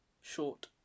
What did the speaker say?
short